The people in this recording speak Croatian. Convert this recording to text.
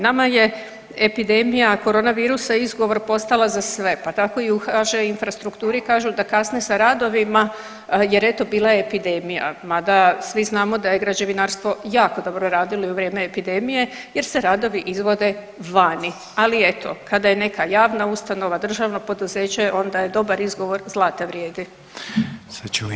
Nama je epidemija koronavirusa izgovor postala za sve, pa tako i u HŽ Infrastrukturi kažu da kasne sa radovima jer eto bila je epidemija, mada svi znamo da je građevinarstvo jako dobro radilo i u vrijeme epidemije jer se radovi izvode vani, ali eto kada je neka javna ustanova, državno poduzeće onda je dobar izgovor zlata vrijedi.